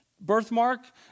birthmark